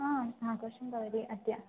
आम् आगोषं भवति अद्य